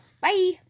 Bye